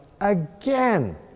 again